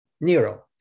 Nero